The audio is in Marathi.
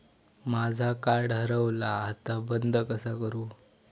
माझा कार्ड हरवला आता बंद कसा करू?